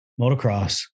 motocross